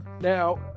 now